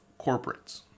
corporates